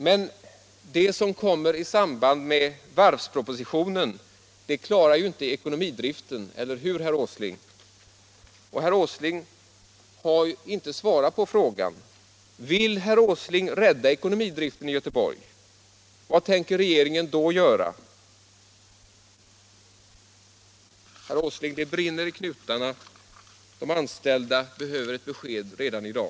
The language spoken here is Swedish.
Men det som kommer i samband med varvspropositionen, det klarar ju inte ekonomidriften, eller hur, herr Åsling?